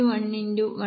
1 x 1